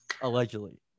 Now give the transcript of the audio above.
allegedly